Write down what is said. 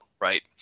right